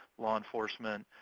law enforcement,